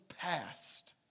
past